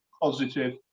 positive